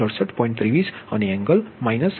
23 અને angle minus 67